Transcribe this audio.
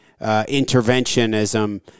interventionism